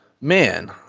Man